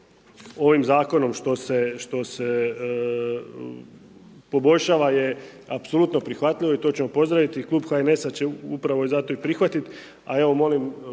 ovim Zakonom što se poboljšava je apsolutno prihvatljivo i to ćemo pozdraviti. Klub HNS-a će upravo zato i prihvatiti,